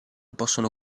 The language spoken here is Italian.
possono